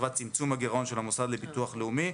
לטובת צמצום הגרעון של המוסד לביטוח לאומי,